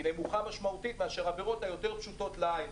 נמוכה משמעותית מאשר העבירות היותר פשוטות לעין,